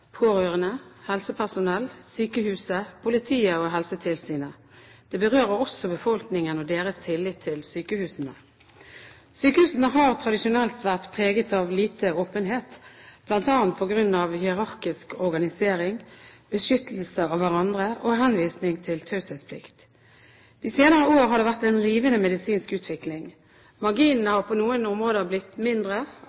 pårørende, helsepersonell, sykehuset, politiet og Helsetilsynet. Det berører også befolkingen og deres tillit til sykehusene. Sykehusene har tradisjonelt vært preget av lite åpenhet, bl.a. på grunn av hierarkisk organisering, beskyttelse av hverandre og henvisning til taushetsplikt. De senere år har det vært en rivende medisinsk utvikling. Marginene